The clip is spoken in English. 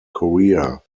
korea